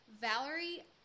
Valerie